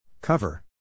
Cover